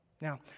Now